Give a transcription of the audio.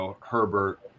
Herbert